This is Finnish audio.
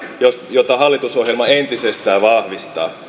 jota hallitusohjelma entisestään vahvistaa